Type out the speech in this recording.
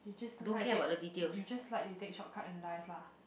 you just like to take you just like to take shortcut in life lah